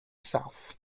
south